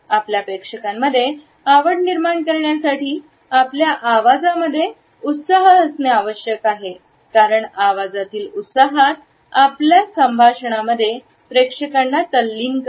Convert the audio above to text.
आपल्या प्रेक्षकांमध्ये आवड निर्माण करण्यासाठी आपल्या आवाजामध्ये उत्साह असणे आवश्यक आहे कारण आवाजातील उत्साहात आपल्या संभाषण मध्ये प्रेक्षकांना तल्लीन करतो